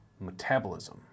metabolism